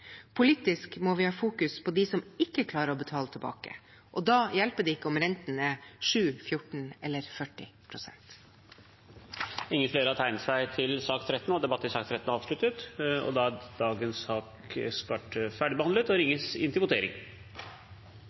Politisk må vi fokusere på dem som ikke klarer å betale tilbake, og da hjelper det ikke om renten er 7, 14 eller 40 pst. Flere har ikke bedt om ordet til sak nr. 13. Da er Stortinget klar til å gå til votering. Det er